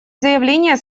заявление